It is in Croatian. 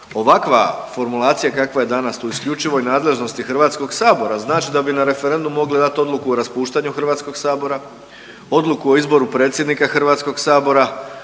ovakva formulacija kakva je danas tu u isključivoj nadležnosti Hrvatskoga sabora znači da bi na referendumu mogli dati odluku o raspuštanju Hrvatskoga sabora, odluku o izboru predsjednika Hrvatskoga sabora,